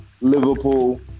Liverpool